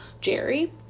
Jerry